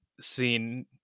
seen